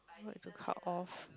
what to cut off